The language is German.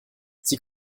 sie